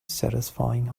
satisfying